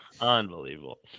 Unbelievable